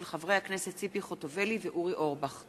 של חברי הכנסת ציפי חוטובלי ואורי אורבך.